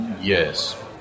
Yes